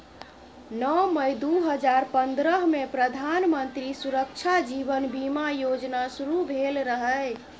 नौ मई दु हजार पंद्रहमे प्रधानमंत्री सुरक्षा जीबन बीमा योजना शुरू भेल रहय